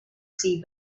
see